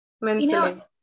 mentally